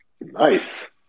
Nice